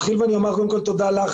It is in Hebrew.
אתחיל ואומר קודם כל תודה לך,